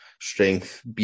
strength